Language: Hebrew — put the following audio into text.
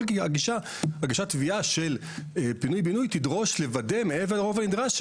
הגשת תביעה של פינוי ובינוי תדרוש לוודא מעבר לרוב הנדרש,